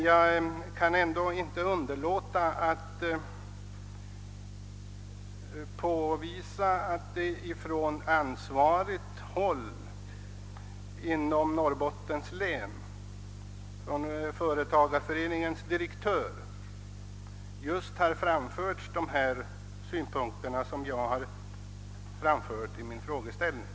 Jag kan dock inte underlåta att framhålla att företagarföreningens direktör i Norrbottens län har framfört just de synpunkter jag själv berört.